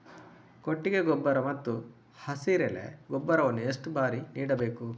ಕೊಟ್ಟಿಗೆ ಗೊಬ್ಬರ ಮತ್ತು ಹಸಿರೆಲೆ ಗೊಬ್ಬರವನ್ನು ಎಷ್ಟು ಬಾರಿ ನೀಡಬೇಕು?